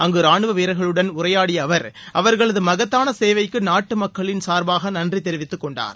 அங்கு ராணுவ வீரர்களுடன் உரையாடிய அவர் அவர்களது மகத்தான சேவைக்கு நாட்டு மக்களின் சார்பாக நன்றி தெரிவித்துக்கொண்டார்